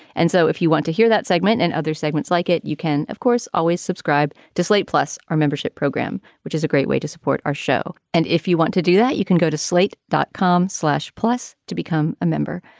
and so if you want to hear that segment and other segments like it, you can, of course, always subscribe to slate plus our membership program, which is a great way to support our show. and if you want to do that, you can go to slate dot com slash plus to become a member.